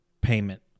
Payment